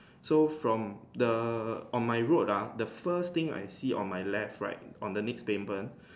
so from the on my road lah the first thing I see on my left right on the next paper